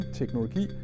teknologi